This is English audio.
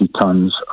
tons